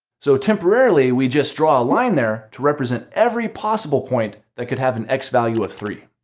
so temporarily, we just draw a line there to represent every possible point that could have an x value of three.